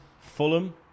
Fulham